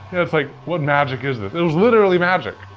it's like what magic is this? it was literally magic.